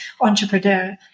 entrepreneur